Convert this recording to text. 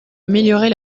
améliorer